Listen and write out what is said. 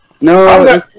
No